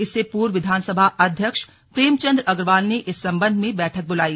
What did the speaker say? इससे पूर्व विधानसभा अध्यक्ष प्रेमचंद अग्रवाल ने इस संबंध में बैठक बुलाई